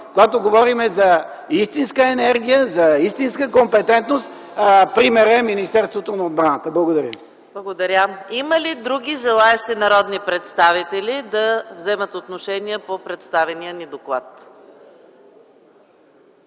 когато говорим за истинска енергия, за истинска компетентност, примерът е Министерството на отбраната. Благодаря ви. ПРЕДСЕДАТЕЛ ЕКАТЕРИНА МИХАЙЛОВА: Благодаря. Има ли други желаещи народни представители да вземат отношение по представения ни доклад?